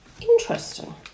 interesting